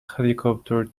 helicopter